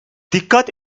dikkat